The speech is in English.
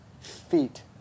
feet